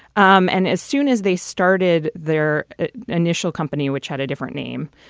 um and as soon as they started their initial company, which had a different name,